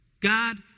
God